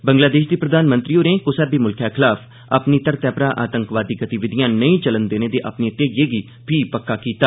बंगलादेष दी प्रधानमंत्री होरे कुसा बॉ मुल्ख खलाफ अपनी धरतै परा आतंकवादी गतिविधियां नेई चलन देने दे अपने ध्येइयै गी फी पक्का कीता